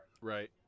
right